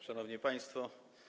Szanowni Państwo!